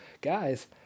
guys